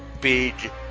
big